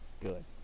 good